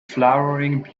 flowering